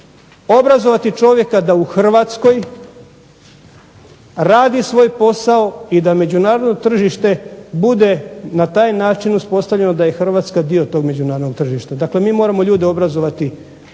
obrazovati čovjeka da u Hrvatskoj radi svoj posao, i da međunarodno tržište bude na taj način uspostavljeno da je Hrvatska dio tog međunarodnog tržišta. Dakle mi moramo ljude obrazovati